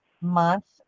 month